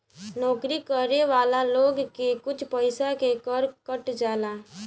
नौकरी करे वाला लोग के कुछ पइसा के कर कट जाला